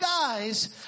guys